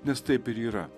nes taip ir yra